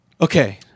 Okay